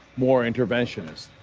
more interventions.